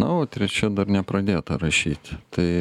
na o trečia dar nepradėta rašyt tai